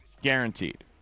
Guaranteed